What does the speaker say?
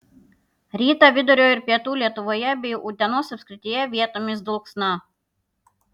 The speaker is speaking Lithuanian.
rytą vidurio ir pietų lietuvoje bei utenos apskrityje vietomis dulksna